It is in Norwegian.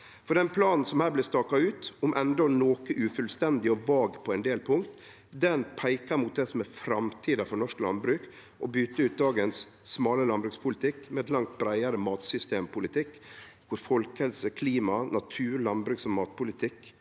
Den planen som her blir staka ut, om enn noko ufullstendig og vag på ein del punkt, peiker mot det som er framtida for norsk landbruk: å byte ut dagens smale landbrukspolitikk med ein langt breiare matsystempolitikk der folkehelse, klima, natur, landbruks- og matpolitikk